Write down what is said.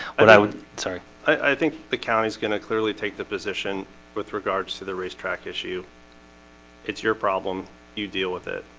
but i would sorry i think the county is gonna clearly take the position with regards to the racetrack issue it's your problem you deal with it.